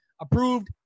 approved